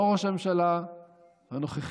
לא ראש הממשלה הנוכחי,